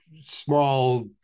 small